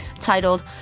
titled